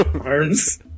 arms